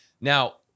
Now